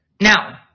Now